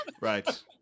Right